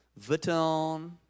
Vuitton